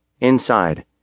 Inside